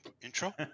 intro